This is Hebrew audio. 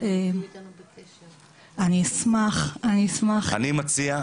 אני מציע,